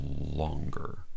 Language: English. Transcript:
longer